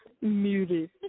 muted